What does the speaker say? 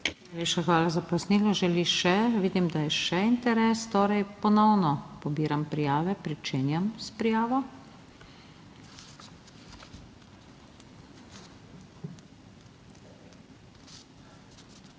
hvala za pojasnilo. Želi še? Vidim, da je še interes, torej ponovno pobiram prijave. Pričenjam s prijavo.